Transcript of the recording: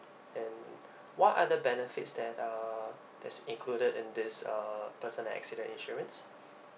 then what are the benefits that uh that's included in this uh personal accident insurance